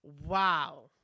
wow